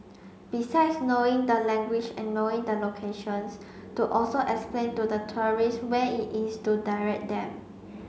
besides knowing the language and knowing the locations to also explain to the tourists where it is to direct them